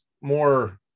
more